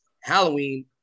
Halloween